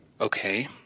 Okay